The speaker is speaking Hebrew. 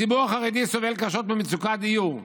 הציבור החרדי סובל קשות ממצוקת דיור.